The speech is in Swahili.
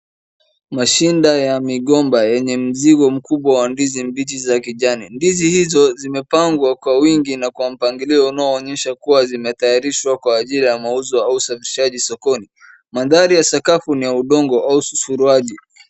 Mashina ya mgomba yenye mzigo mkubwa na ndizi za kijani. Ndizi hizo zimepangwa kwa wingi na kwa mapangilio unaonyesha kuwa zimetayarishwa kwa ajili ya mauza au usafirishaji sokoni. Mandhari ya sakafu ni ya udongo au saruji.